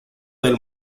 del